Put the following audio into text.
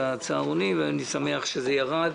אני שמח שזה ירד.